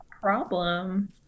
problem